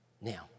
Now